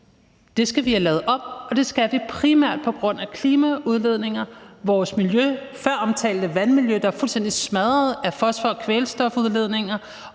Det skal vi have lavet om, og det skal vi primært på grund af klimaudledninger, vores miljø, vores føromtalte vandmiljø, der er fuldstændig smadret af fosfor- og kvælstofudledninger,